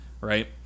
right